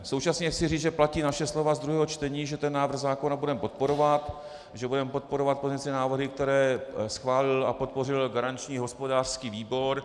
Současně chci říci, že platí naše slova z druhého čtení, že návrh zákona budeme podporovat, že budeme podporovat pozměňovací návrhy, které schválil a podpořil garanční hospodářský výbor.